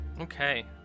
Okay